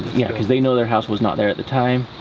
yeah, cause they know their house was not there at the time,